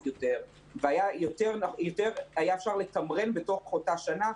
יותר והיה אפשר לתמרן בתוך אותה שנה.